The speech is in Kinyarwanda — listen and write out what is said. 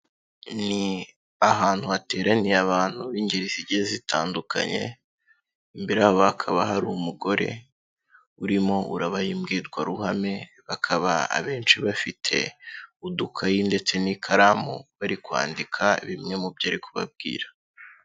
Ni ahantu hateraniye abantu b'ingeri zigiye zitandukanye, imbere yabo hakaba hari umugore, urimo urabaha imbwirwaruhame, bakaba abenshi bafite udukayi ndetse n'ikaramu bari kwandika bimwe mu byo ari kubabwira.